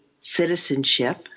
citizenship